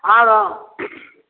आरो